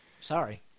Sorry